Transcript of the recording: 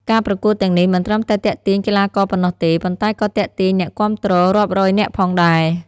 ការប្រកួតទាំងនេះមិនត្រឹមតែទាក់ទាញកីឡាករប៉ុណ្ណោះទេ ប៉ុន្តែក៏ទាក់ទាញអ្នកគាំទ្ររាប់រយនាក់ផងដែរ។